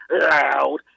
loud